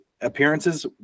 appearances